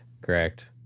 correct